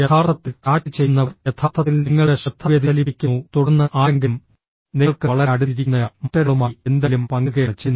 യഥാർത്ഥത്തിൽ ചാറ്റ് ചെയ്യുന്നവർ യഥാർത്ഥത്തിൽ നിങ്ങളുടെ ശ്രദ്ധ വ്യതിചലിപ്പിക്കുന്നു തുടർന്ന് ആരെങ്കിലും നിങ്ങൾക്ക് വളരെ അടുത്ത് ഇരിക്കുന്നയാൾ മറ്റൊരാളുമായി എന്തെങ്കിലും പങ്കിടുകയാണ് ചെയ്യുന്നത്